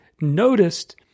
noticed